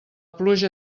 pluja